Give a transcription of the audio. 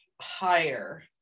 higher